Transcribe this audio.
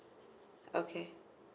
okay